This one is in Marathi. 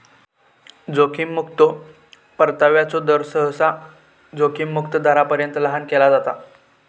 जोखीम मुक्तो परताव्याचो दर, सहसा जोखीम मुक्त दरापर्यंत लहान केला जाता